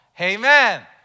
Amen